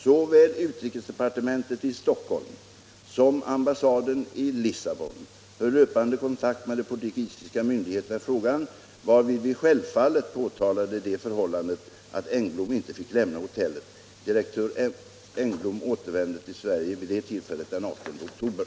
Såväl utrikesdepartementet i Stockholm som ambassaden i Lissabon höll löpande kontakt med de portugisiska myndigheterna i frågan, varvid vi självfallet påtalade det förhållandet att Engblom inte fick lämna hotellet. Direktör Engblom återvände till Sverige, vid det tillfället, den 18 oktober.